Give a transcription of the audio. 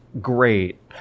great